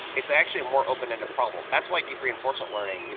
it's actually a more open-ended problem. that's why deep reinforcement learning,